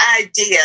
idea